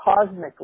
cosmically